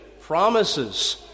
promises